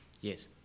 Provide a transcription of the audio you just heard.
Yes